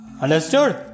Understood